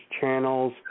channels